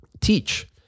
teach